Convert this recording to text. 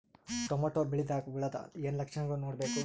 Tomato ಬೆಳಿದಾಗ್ ಹುಳದ ಏನ್ ಲಕ್ಷಣಗಳು ನೋಡ್ಬೇಕು?